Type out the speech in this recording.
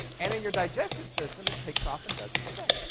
and in your digestive system it takes off and does its thing,